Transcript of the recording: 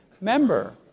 member